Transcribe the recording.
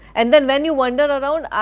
and when when you wander around,